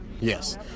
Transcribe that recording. yes